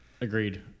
Agreed